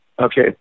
Okay